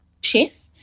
chef